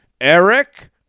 Eric